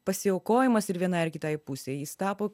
pasiaukojimas ir vienai ir kitai pusei jis tapo